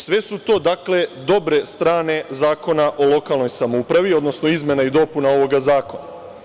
Sve su to dakle dobre strane Zakona o lokalnoj samoupravi, odnosno izmena i dopuna ovoga zakona.